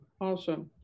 Awesome